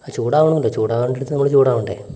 ചൂടാവണമല്ലോ ചൂടാവേണ്ട ഇടത്ത് നമ്മൾ ചൂടാവേണ്ടേ